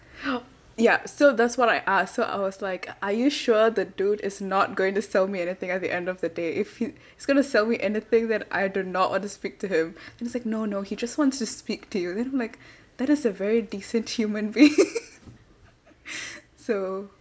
ya so that's what I asked so I was like are you sure the dude is not going to sell me anything at the end of the day if he he's going to sell anything then I do not want to speak to him and he was like no no he just wants to speak to you then I'm like that is a very decent human being so